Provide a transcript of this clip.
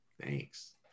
Thanks